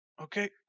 Okay